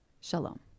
shalom